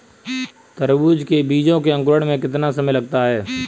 तरबूज के बीजों के अंकुरण में कितना समय लगता है?